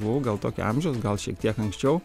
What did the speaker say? buvau gal tokio amžiaus gal šiek tiek anksčiau